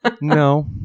No